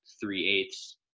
three-eighths